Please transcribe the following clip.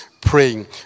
praying